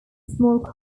small